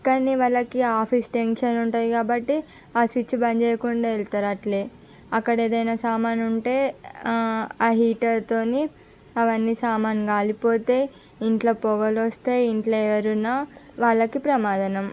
కానీ వాళ్ళకి office tension ఉంటుంది కాబట్టి ఆ స్విచ్ బంద్ చేయకుండా వెళతారు అట్లే అక్కడ ఏదైనా సామాను ఉంటే ఆ హీటర్తోని అవన్నీ సామాను కాలిపోతే ఇంట్లో పొగలు వస్తాయి ఇంట్లో ఎవరున్నా వాళ్ళకి ప్రమాదనం